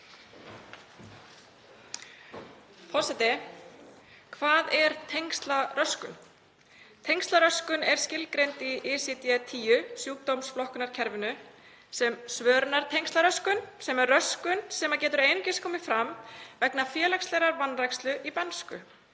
Forseti. Hvað er tengslaröskun? Tengslaröskun er skilgreind í ICD-10-sjúkdómaflokkunarkerfinu sem svörunartengslaröskun sem er röskun sem getur einungis komið fram vegna félagslegrar vanrækslu í bernsku,